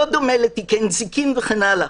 לא דומה לתיקי נזיקין וכן הלאה.